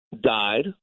died